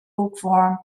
lukewarm